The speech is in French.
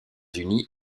unis